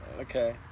Okay